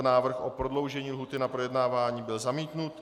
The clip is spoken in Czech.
Návrh o prodloužení lhůty na projednávání byl zamítnut.